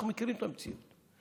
אנחנו מכירים את המציאות.